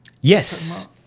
Yes